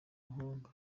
mahanga